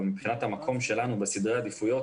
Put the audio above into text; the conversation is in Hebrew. אבל מבחינת המקום שלנו בסדרי עדיפויות,